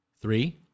three